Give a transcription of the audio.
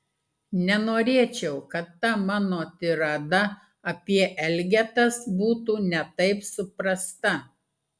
nenorėčiau kad ta mano tirada apie elgetas būtų ne taip suprasta